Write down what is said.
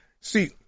See